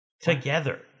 Together